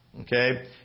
okay